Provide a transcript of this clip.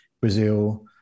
Brazil